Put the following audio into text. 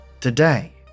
Today